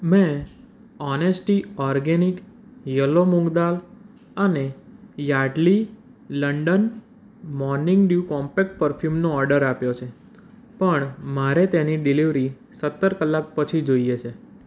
મેં Honesty organic yellow moong dal અને Yardley London morning dew compact પરફ્યુમનો ઓર્ડર આપ્યો છે પણ મારે તેની ડિલેવરી સત્તર કલાક પછી જોઈએ છે